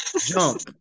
jump